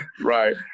Right